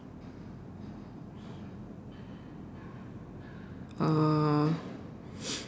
uh